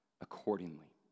accordingly